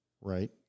right